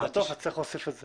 צריך להוסיף את זה.